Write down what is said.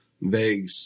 vague